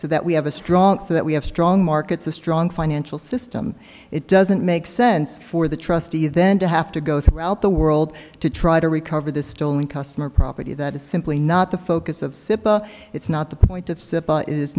so that we have a strong so that we have strong markets a strong financial system it doesn't make sense for the trustee then to have to go throughout the world to try to recover the stolen customer property that is simply not the focus of simba it's not the point of